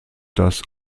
das